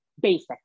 basic